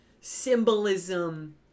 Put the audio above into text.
symbolism